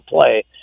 play